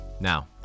Now